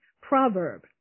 proverb